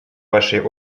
вашей